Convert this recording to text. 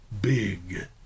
big